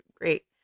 great